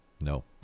No